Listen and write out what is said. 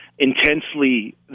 Intensely